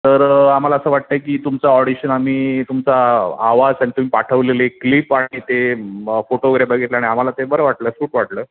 तर आम्हाला असं वाटतं आहे की तुमचं ऑडिशन आम्ही तुमचा आवाज आणि तुम्ही पाठवलेले एक क्लिप आणि ते फोटो वगैरे बघितलं आणि आम्हाला ते बरं वाटलं सूट वाटलं